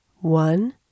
One